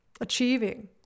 achieving